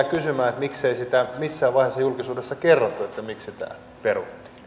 kysymään miksei sitä missään vaiheessa julkisuudessa kerrottu miksi tämä peruttiin